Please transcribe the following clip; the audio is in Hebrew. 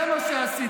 זה מה שעשיתם.